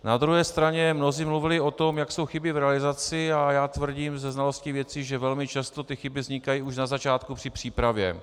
Na druhé straně mnozí mluvili o tom, jak jsou chyby v realizaci, ale já tvrdím se znalostí věci, že velmi často chyby vznikají už na začátku při přípravě.